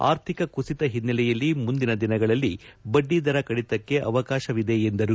ಆರ್ಥಿಕ ಕುಸಿತ ಹಿನ್ನೆಲೆಯಲ್ಲಿ ಮುಂದಿನ ದಿನಗಳಲ್ಲಿ ಬಡ್ಡಿ ದರ ಕಡಿತಕ್ಕೆ ಅವಕಾಶವಿದೆ ಎಂದರು